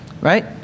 right